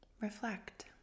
reflect